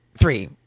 three